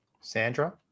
Sandra